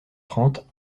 trente